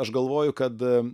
aš galvoju kad